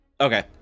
okay